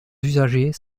usagers